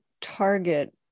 target